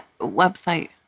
website